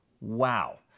Wow